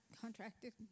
contracted